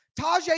Tajay